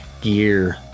gear